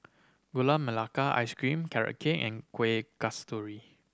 Gula Melaka Ice Cream Carrot Cake and Kueh Kasturi